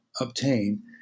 obtain